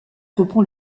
reprend